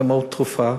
כמו תרופה,